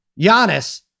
Giannis